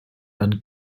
and